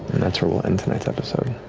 and that's where we'll end tonight's episode.